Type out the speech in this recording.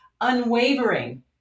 unwavering